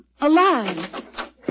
alive